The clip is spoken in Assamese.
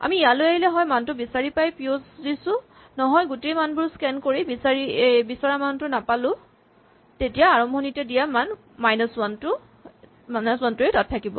আমি ইয়ালৈ আহিলে হয় মানটো বিচাৰি পাই পিঅ'ছ দিছো নহয় গোটেই মানবোৰ স্কেন কৰি বিচৰা মানটো নাপালো তেতিয়া আৰম্ভণিতে দিয়া মান মাইনাচ ৱান টোৱেই তাত থাকিব